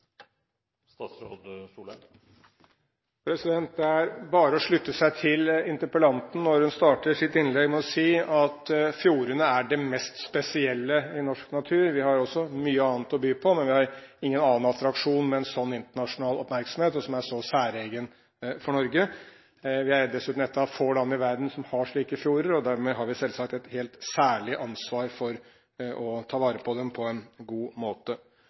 bare å slutte seg til interpellanten når hun starter sitt innlegg med å si at fjordene er det mest spesielle i norsk natur. Vi har også mye annet å by på, men vi har ingen annen attraksjon med en sånn internasjonal oppmerksomhet og som er så særegen for Norge. Vi er dessuten et av få land i verden som har slike fjorder, og dermed har vi selvsagt et helt særlig ansvar for å ta vare på dem på en god måte.